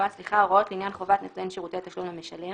הוראות לעניין חובת נותן שירותי תשלום למשלם